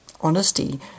honesty